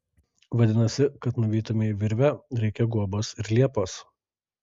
vadinasi kad nuvytumei virvę reikia guobos ir liepos